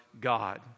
God